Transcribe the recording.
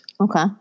Okay